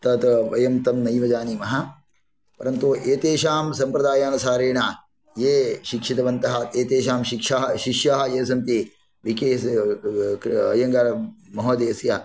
तत् वयं तन्नैव जानीमः परन्तु एतेषां सम्प्रदायानुसारेण ये शिक्षितवन्तः एतेषां शिक्षः शिष्याः ये सन्ति वि के एस् अय्यङ्गार् महोदयस्य